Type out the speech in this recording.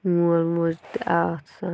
مول موج تہِ آسان